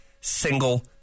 single